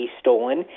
stolen